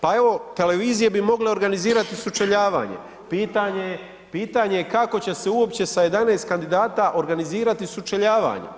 Pa evo, televizije bi mogle organizirati sučeljavanje, pitanje je kako će se uopće sa 11 kandidata organizirati sučeljavanje.